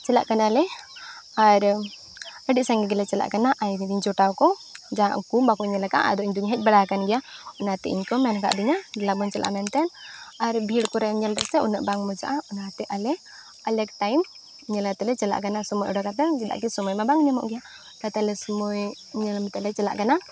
ᱪᱟᱞᱟᱜ ᱠᱟᱱᱟᱞᱮ ᱟᱨ ᱟᱹᱰᱤ ᱥᱟᱸᱜᱮ ᱜᱮᱞᱮ ᱪᱟᱞᱟᱜ ᱠᱟᱱᱟ ᱟᱨ ᱤᱧᱨᱮᱱ ᱡᱚᱴᱟᱣ ᱠᱚ ᱡᱟᱦᱟᱸ ᱩᱱᱠᱩ ᱵᱟᱠᱚ ᱧᱮᱞ ᱟᱠᱟᱫᱼᱟ ᱟᱫᱚ ᱤᱧ ᱫᱚᱧ ᱦᱮᱡ ᱵᱟᱲᱟᱣ ᱟᱠᱟᱱ ᱜᱮᱭᱟ ᱚᱱᱟᱛᱮ ᱤᱧ ᱠᱚ ᱢᱮᱱ ᱟᱠᱟᱫᱤᱧᱟ ᱫᱮᱞᱟ ᱵᱚᱱ ᱪᱟᱞᱟᱜᱼᱟ ᱢᱮᱱᱛᱮ ᱟᱨ ᱵᱷᱤᱲ ᱠᱚᱨᱮ ᱧᱮᱞᱨᱮ ᱥᱮ ᱩᱱᱟᱹᱜ ᱵᱟᱝ ᱢᱚᱡᱚᱜᱼᱟ ᱚᱱᱟᱛᱮ ᱟᱞᱮ ᱟᱞᱟᱜᱽ ᱧᱮᱞᱟ ᱛᱮᱞᱮ ᱪᱟᱞᱟᱜ ᱠᱟᱱᱟ ᱥᱚᱢᱚᱭ ᱩᱰᱩᱠ ᱠᱟᱛᱮᱫ ᱪᱮᱫᱟᱜ ᱥᱮ ᱥᱚᱢᱚᱭ ᱢᱟ ᱵᱟᱝ ᱧᱟᱢᱚᱜ ᱜᱮᱭᱟ ᱛᱟᱦᱚᱞᱮ ᱥᱳᱢᱳᱭ ᱧᱮᱞ ᱠᱟᱛᱮᱫᱞᱮ ᱪᱟᱞᱟᱜ ᱠᱟᱱᱟ